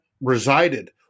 resided